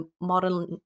modern